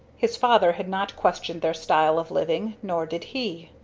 his father had not questioned their style of living, nor did he.